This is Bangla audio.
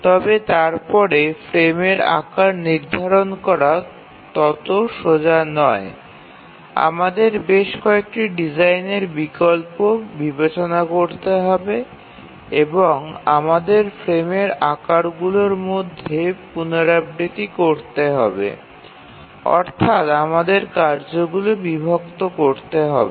তবে তারপরে ফ্রেমের আকার নির্ধারণ করা তত সোজা নয় আমাদের বেশ কয়েকটি ডিজাইনের বিকল্প বিবেচনা করতে হবে এবং আমাদের ফ্রেমের আকারগুলির মধ্যে পুনরাবৃত্তি করতে হবে অর্থাৎ আমাদের কার্যগুলি বিভক্ত করতে হবে